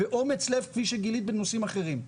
ואומץ לב כפי שגילית בנושאים אחרים,